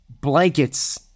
blankets